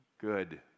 good